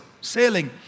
sailing